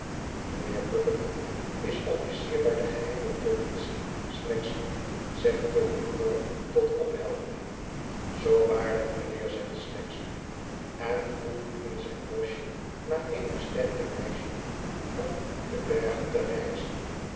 mijnheer bucket is officier bij de geheime politie snagsby zegt tulkinghorn tot opheldering zoo waarlijk mijnheer zegt snagsby en voelt in zijn bosje haar eene sterke neiging om te berge te rijzen